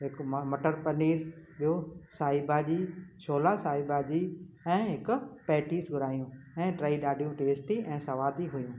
हिकु म मटर पनीर ॿियो साई भाॼी छोला साई भाॼी ऐं हिकु पैटिस घुरायूं ऐं टेई ॾाढियूं टेस्टी ऐं स्वादी हुयूं